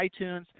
itunes